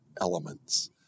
elements